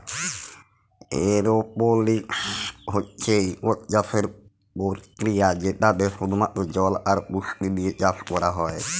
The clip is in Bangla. এরওপলিক্স হছে ইকট চাষের পরকিরিয়া যেটতে শুধুমাত্র জল আর পুষ্টি দিঁয়ে চাষ ক্যরা হ্যয়